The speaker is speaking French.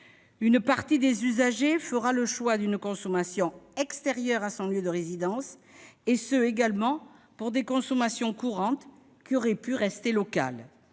Une partie des usagers fera le choix d'une consommation extérieure à leur lieu de résidence, et ce pour des consommations courantes qui auraient pu rester locales.